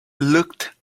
looked